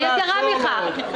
יתרה מכך,